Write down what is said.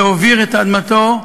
להוביר את אדמתו,